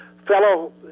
fellow